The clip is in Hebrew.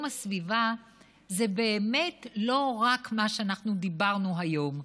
הסביבה זה באמת לא רק מה שאנחנו אמרנו היום,